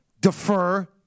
defer